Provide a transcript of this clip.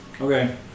Okay